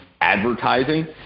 advertising